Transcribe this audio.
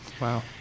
Wow